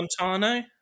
Montano